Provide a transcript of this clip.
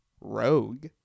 Rogue